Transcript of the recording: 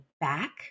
back